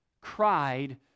cried